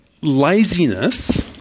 laziness